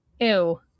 Ew